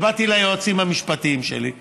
ובאתי ליועצים המשפטיים שלי ואמרתי: